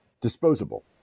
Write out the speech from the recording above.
disposable